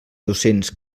docents